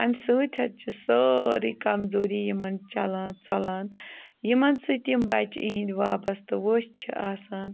اَمہِ سۭتۍ حظ چھِ سٲرٕے کَمزوری یِمَن چَلان ژلان یِمَن سۭتۍ یِم بَچہِ اِہِنٛدۍ وابسطہٕ ؤژھ چھِ آسان